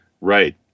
Right